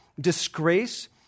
disgrace